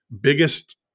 biggest